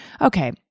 Okay